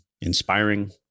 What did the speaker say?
inspiring